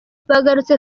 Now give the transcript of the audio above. bagarutse